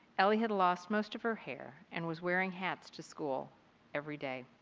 ellie had lost most of her hair and was wearing hats to school every day.